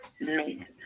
man